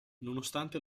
nonostante